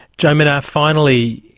jo menagh, finally,